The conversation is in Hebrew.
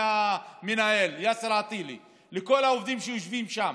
מהמנהל יאסר עטילה דרך כל העובדים שיושבים שם.